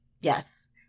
Yes